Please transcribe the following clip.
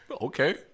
Okay